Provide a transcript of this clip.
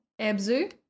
Abzu